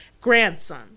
grandson